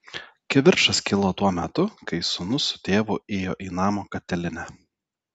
kivirčas kilo tuo metu kai sūnus su tėvu ėjo į namo katilinę